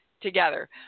Together